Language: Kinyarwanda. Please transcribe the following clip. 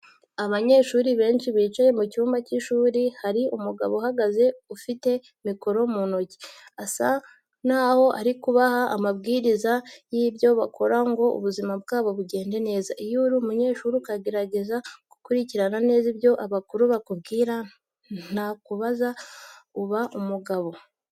Abanyeshuri benshi bicaye mu cyumba cy'ishuri, hari umugabo uhagaze ufite mikoro mu ntoki, asa naho ari kubaha amabwiriza y'ibyo bakora ngo ubuzima bwabo bugende neza, iyo uri umunyeshuri ukagerageza gukurikirana neza ibyo abakuru bakubwira nta kabuza uba umugabo.